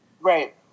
Right